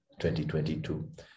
2022